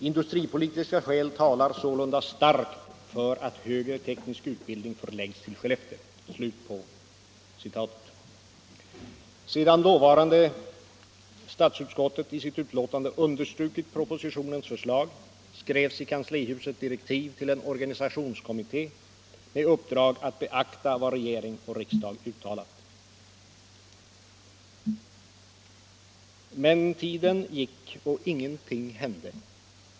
Industripolitiska skäl talar sålunda starkt för att högre teknisk utbildning förläggs till Skellefteå.” Sedan dåvarande statsutskottet i sitt utlåtande understrukit propositionens förslag skrevs i kanslihuset direktiv till en organisationskommitté med uppdrag att beakta vad regering och riksdag uttalat. Tiden gick och ingenting hände.